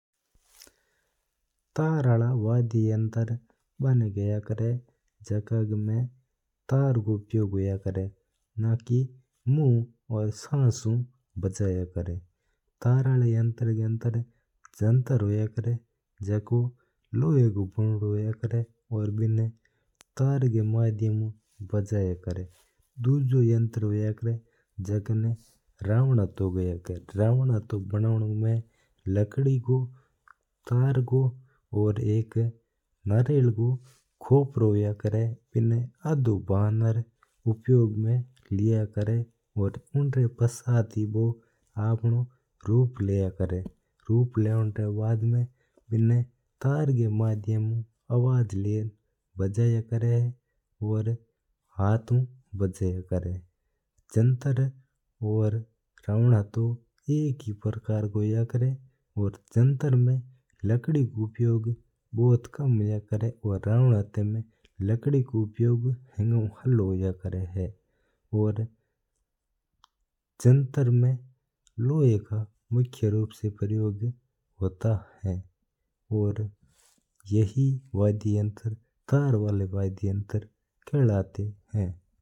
तार वाला वाद्य यंत्र जयजका ना किया करा है जका मैं तैर होया करा है। ना की मू हू और संश ऊं बज्या करा है। तार आला का अंदर यंत्र होया करा है जक्को लोहा रो बनायो होया करा है। और बिना तार ऊं बजाया करा है। जो यंत्र हुआ जिनमा लकड़ी को उपयोग हुआ है पर अलग अलग प्रकार री चीज़ा रो उपयोग हुआ है। बिनमा तार का माध्यम ऊं बजाया करा है।